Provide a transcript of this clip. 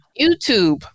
YouTube